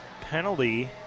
penalty